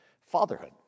fatherhood